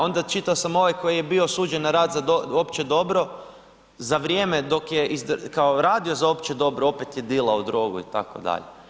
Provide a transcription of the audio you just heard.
Onda čitao sam ovaj koji je bio osuđen na rad za opće dobro, za vrijeme dok je, kao radio za opće dobro opet je dilao drogu itd.